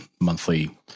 monthly